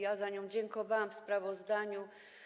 Ja za nią dziękowałam w sprawozdaniu.